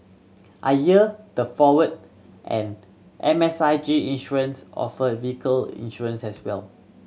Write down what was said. I heard the and M S I G Insurance offer vehicle insurance as well